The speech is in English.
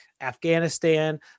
Afghanistan